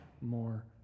more